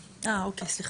אה, אוקיי, סליחה.